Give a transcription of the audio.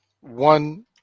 One